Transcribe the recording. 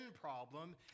problem